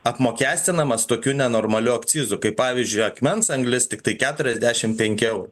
apmokestinamas tokiu nenormaliu akcizu kaip pavyzdžiui akmens anglis tiktai keturiasdešim penki eurai